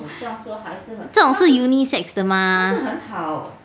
这种是 unisex 的 mah